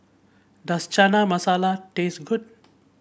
does Chana Masala taste good